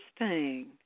interesting